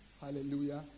Hallelujah